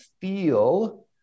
feel